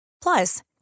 Plus